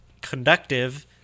conductive